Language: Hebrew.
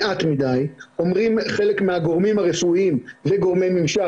ואם לא,